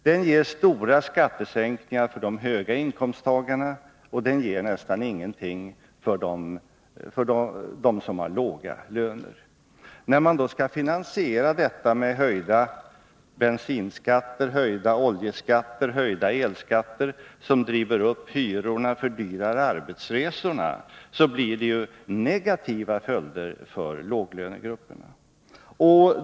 Den ger stora skattesänkningar för de höga inkomsttagarna, och den ger nästan ingenting för dem som har låga löner. När man då skall finansiera denna reform med höjda bensinskatter, höjda oljeskatter och höjda elskatter, som driver upp hyrorna och fördyrar arbetsresorna, blir det ju negativa följder för låglönegrupperna.